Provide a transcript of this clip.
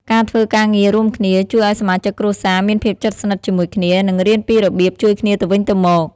ការធ្វើការងាររួមគ្នាជួយឲ្យសមាជិកគ្រួសារមានភាពជិតស្និទ្ធជាមួយគ្នា និងរៀនពីរបៀបជួយគ្នាទៅវិញទៅមក។